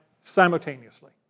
simultaneously